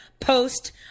post